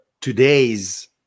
today's